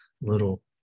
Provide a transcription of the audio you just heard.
little